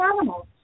animals